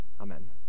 Amen